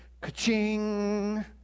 Ka-ching